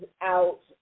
out